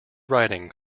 writing